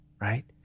right